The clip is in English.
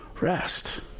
rest